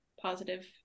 positive